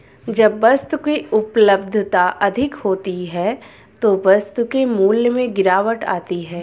जब वस्तु की उपलब्धता अधिक होती है तो वस्तु के मूल्य में गिरावट आती है